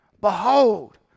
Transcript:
Behold